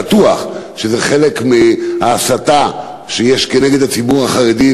בטוח שזה חלק מההסתה שיש נגד הציבור החרדי,